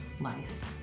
life